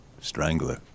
Strangler